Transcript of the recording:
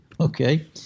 okay